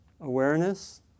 awareness